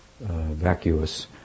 vacuous